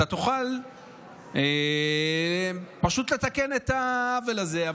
אתה תוכל פשוט לתקן את העוול הזה.